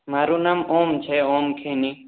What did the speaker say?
મારું નામ ઓમ છે ઓમ ખેની